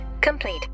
complete